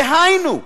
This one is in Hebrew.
דהיינו,